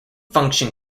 function